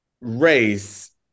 race